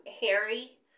Harry